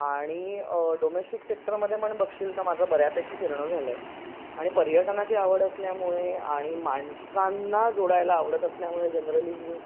आणि डोमेस्टिक सेक्टरमधे म्हणून बघशील तर माझं बऱ्यापैकी फिरणं झालं आहे आणि पर्यटनाची आवड असल्यामुळे आणि माणसांना जोडायला आवडत असल्यामुळे जनरली मी